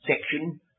section